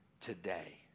today